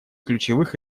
ключевых